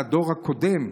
לדור הקודם,